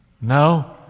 no